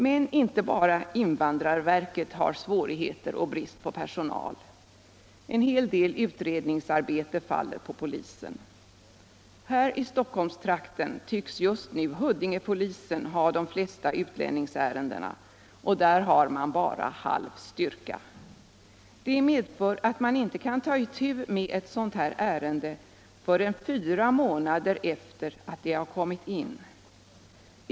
Men inte bara invandrarverket har svårigheter och brist på personal. En hel del utredningsarbete faller på polisen. Här i Stockholmstrakten tycks just nu Huddingepolisen ha de flesta utlänningsärendena, och där har man bara halv styrka. Detta medför att man inte kan ta itu med ett ärende förrän fyra månader efter det att ärendet har kommit in.